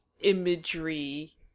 imagery